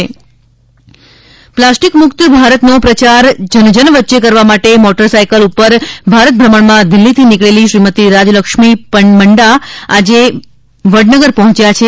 plastic મુક્ત Bharat Vadnagar plastic મુક્ત ભારતનો પ્રચાર જનજન વચ્ચે કરવા માટે મોટરસાયકલ ઉપર ભારત ભ્રમણમાં દિલ્હીથી નિકળેલી શ્રીમતી રાજલક્ષ્મી મંડા આજે વડનગર પહોંચ્યા છે